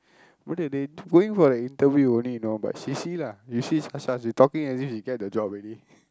விடு:vidu dey going for the interview only you know but you see lah you see Sasha she talking as if she get the job already